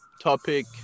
topic